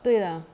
对啦